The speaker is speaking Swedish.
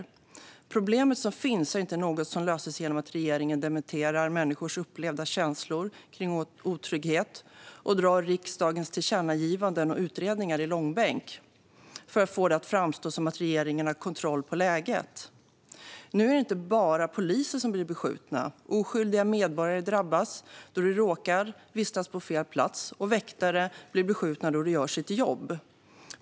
Det problem som finns löses inte genom att regeringen dementerar människors upplevda känslor av otrygghet och drar riksdagens tillkännagivanden och utredningar i långbänk för att få det att framstå som att regeringen har kontroll på läget. Nu är det inte bara poliser som blir beskjutna - oskyldiga medborgare drabbas då de råkar vistas på fel plats, och väktare blir beskjutna då de gör sitt jobb.